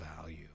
value